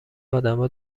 ادما